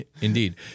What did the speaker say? Indeed